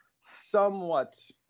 somewhat